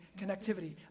connectivity